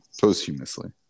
Posthumously